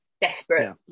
desperate